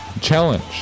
challenge